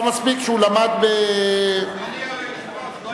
עכשיו מספיק שהוא למד, אדוני היושב-ראש,